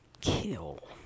kill